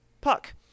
Puck